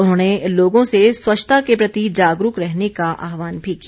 उन्होंने लोगों से स्वच्छता के प्रति जागरूक रहने का आहवान भी किया